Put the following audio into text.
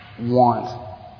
want